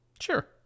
Sure